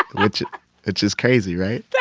which which is crazy, right? yeah